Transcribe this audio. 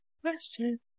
question